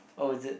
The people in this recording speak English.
oh is it